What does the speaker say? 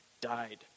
died